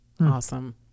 awesome